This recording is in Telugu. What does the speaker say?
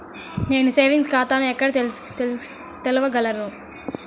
నేను సేవింగ్స్ ఖాతాను ఎక్కడ తెరవగలను?